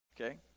okay